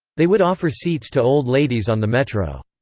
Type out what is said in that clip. they would offer seats to old ladies on the metro.